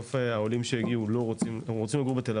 בסוף העולים שהגיעו רוצים לגור בתל